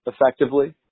effectively